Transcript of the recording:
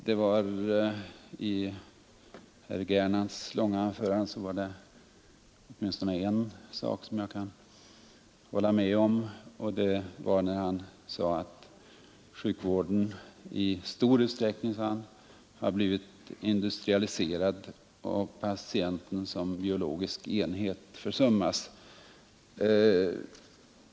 I herr Gernandts långa anförande fanns åtminstone en sak som jag kan hålla med om, och det var när han sade att sjukvården i stor utsträckning har blivit industrialiserad och att patienten som biologisk enhet försummas.